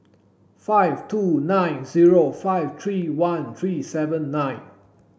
five two nine zero five three one three seven nine